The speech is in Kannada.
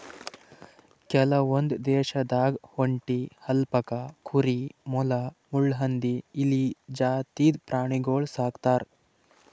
ಕೆಲವೊಂದ್ ದೇಶದಾಗ್ ಒಂಟಿ, ಅಲ್ಪಕಾ ಕುರಿ, ಮೊಲ, ಮುಳ್ಳುಹಂದಿ, ಇಲಿ ಜಾತಿದ್ ಪ್ರಾಣಿಗೊಳ್ ಸಾಕ್ತರ್